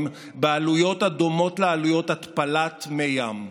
בעלויות הדומות לעלויות התפלת מי ים.